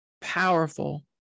powerful